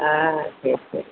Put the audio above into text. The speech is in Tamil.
ஆ சரி சரி